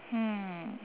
hmm